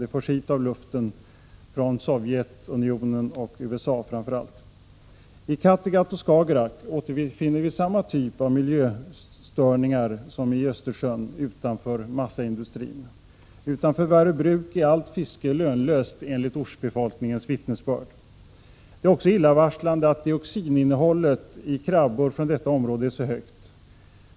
Det förs hit med luften, från framför allt Sovjetunionen och USA. I Kattegatt och Skagerrak återfinns samma typ av miljöstörningar som i Östersjön utanför massaindustrin. Utanför Värö Bruk är allt fiske lönlöst, enligt ortsbefolkningens vittnesbörd. Det är också illavarslande att dioxininnehållet i krabbor från detta område är så högt.